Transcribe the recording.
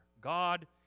God